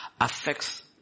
affects